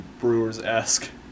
Brewers-esque